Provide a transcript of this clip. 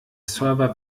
server